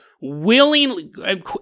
willingly